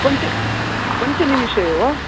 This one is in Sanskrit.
पञ्च पञ्चनिमेषेषु वा